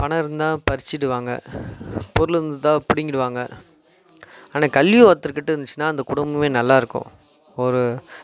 பணம் இருந்தால் பறிச்சுடுவாங்க பொருள் இருந்தால் பிடிக்கிடுவாங்க ஆனால் கல்வி ஒருத்தர் வர் கிட்டே இருந்துச்சுன்னால் அந்த குடும்பமே நல்லாயிருக்கும் ஒரு